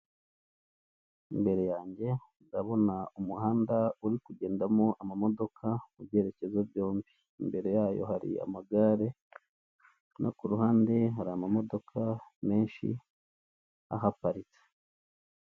Imbere yange ndabona umuhanda uri kugendamo amamodoka mu byerekezo byombi, imbere yayo hari amagare no ku ruhande hari amamodoka menshi ahaparitse.